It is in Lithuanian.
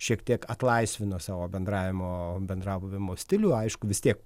šiek tiek atlaisvino savo bendravimo bendravimo stilių aišku vis tiek